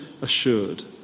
assured